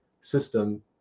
system